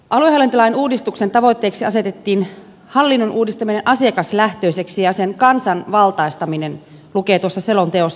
aluehallintolain uudistuksen tavoitteeksi asetettiin hallinnon uudistaminen asiakaslähtöiseksi ja sen kansanvaltaistaminen lukee tuossa selonteossa